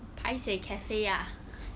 paiseh cafe ah